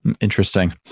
Interesting